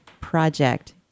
project